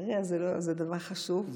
בטרייה זה דבר חשוב,